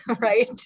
right